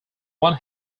one